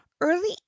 early